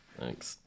thanks